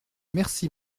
merci